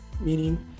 meaning